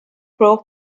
prove